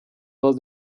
dos